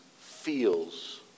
feels